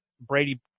Brady